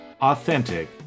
authentic